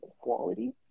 quality